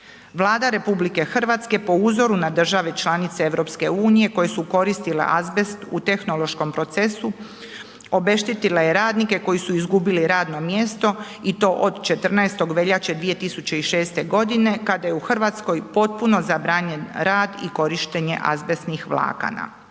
Vlada RH po uzoru na države članice EU-a koji su koristili azbest u tehnološkom procesu, obeštetila je radnike koji su izgubili radno mjesto i to od 14. veljače 2006. g. kada je u Hrvatskoj potpuno zabranjen rad i korištenje azbestnih vlakana.